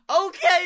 Okay